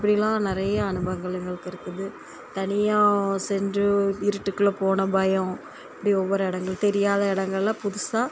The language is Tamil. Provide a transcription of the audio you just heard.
இப்படிலாம் நிறைய அனுபவங்கள் எங்களுக்கு இருக்குது தனியாக சென்று இருட்டுக்குள்ளே போன பயம் இப்படி ஒவ்வொரு இடங்கள் தெரியாத இடங்கள்லாம் புதுசாக